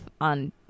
on